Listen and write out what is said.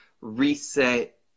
reset